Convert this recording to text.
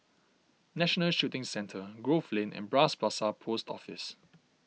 National Shooting Centre Grove Lane and Bras Basah Post Office